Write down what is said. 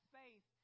faith